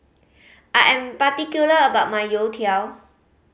I am particular about my youtiao